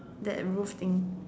that roof thing